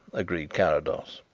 agreed carrados.